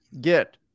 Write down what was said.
get